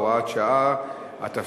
הוראת שעה) (תיקון),